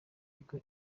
ariko